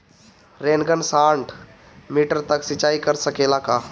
Rain gun साठ metre तक सिचाई कर सकेला का?